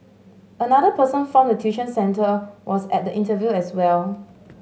another person form the tuition centre was at the interview as well